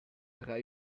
tra